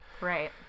right